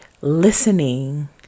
listening